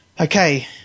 Okay